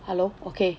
hello okay